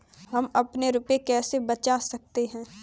हम अपने रुपये कैसे बचा सकते हैं?